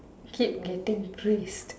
keep getting praised